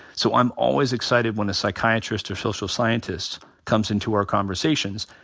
so i'm always excited when a psychiatrist or social scientist comes into our conversations.